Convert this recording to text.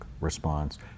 response